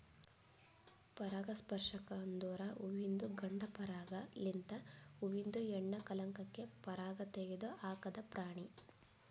ಪರಾಗಸ್ಪರ್ಶಕ ಅಂದುರ್ ಹುವಿಂದು ಗಂಡ ಪರಾಗ ಲಿಂತ್ ಹೂವಿಂದ ಹೆಣ್ಣ ಕಲಂಕಕ್ಕೆ ಪರಾಗ ತೆಗದ್ ಹಾಕದ್ ಪ್ರಾಣಿ